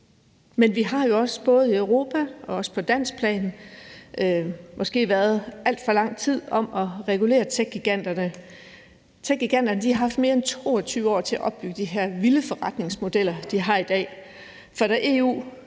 Men vi har jo også både i Europa og på dansk plan måske været alt for lang tid om at regulere techgiganterne. Techgiganterne har haft mere end 22 år til at opbygge de her vilde forretningsmodeller, de har i dag.